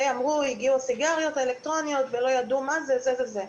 אמרו: הגיעו סיגריות אלקטרוניות ולא ידעו מה זה וזה.